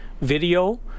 video